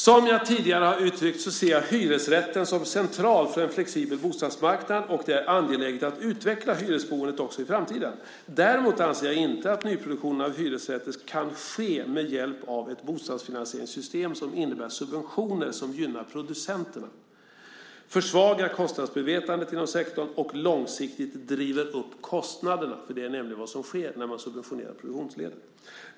Som jag tidigare har uttryckt ser jag hyresrätten som central för en flexibel bostadsmarknad, och det är angeläget att utveckla hyresboendet också i framtiden. Däremot anser jag inte att nyproduktionen av hyresrätter kan ske med hjälp av ett bostadsfinansieringssystem som innebär subventioner som gynnar producenterna, försvagar kostnadsmedvetandet inom sektorn och långsiktigt driver upp kostnaderna. Det är nämligen vad som sker när man subventionerar produktionsledet.